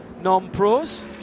non-pros